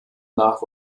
nach